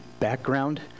background